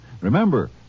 Remember